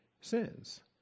sins